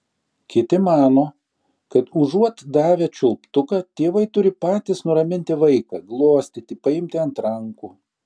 kiti mano kad užuot davę čiulptuką tėvai turi patys nuraminti vaiką glostyti paimti ant rankų